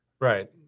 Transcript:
Right